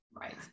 right